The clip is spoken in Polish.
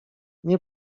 nie